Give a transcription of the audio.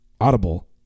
audible